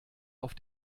auf